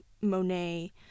Monet